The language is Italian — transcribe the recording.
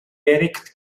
eric